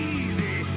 easy